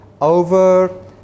over